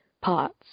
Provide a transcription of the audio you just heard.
parts